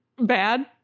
Bad